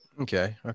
Okay